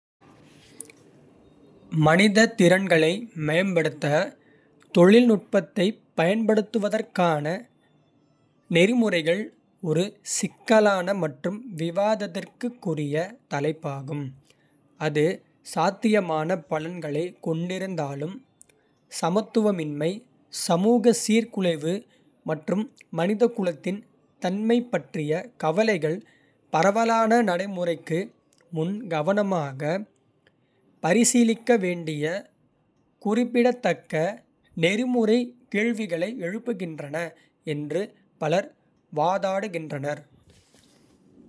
மனித திறன்களை மேம்படுத்த தொழில்நுட்பத்தைப் பயன்படுத்துவதற்கான நெறிமுறைகள் ஒரு சிக்கலான மற்றும் விவாதத்திற்குரிய தலைப்பாகும், அது சாத்தியமான பலன்களைக் கொண்டிருந்தாலும். சமத்துவமின்மை, சமூக சீர்குலைவு மற்றும் மனிதகுலத்தின் தன்மை பற்றிய கவலைகள் பரவலான நடைமுறைக்கு முன் கவனமாக பரிசீலிக்க வேண்டிய குறிப்பிடத்தக்க நெறிமுறை கேள்விகளை எழுப்புகின்றன என்று பலர் வாதிடுகின்றனர்.